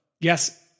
Yes